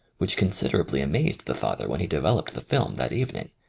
which considerably amazed the father when he de veloped the film that evening.